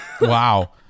Wow